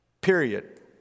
Period